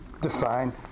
define